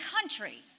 country